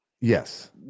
Yes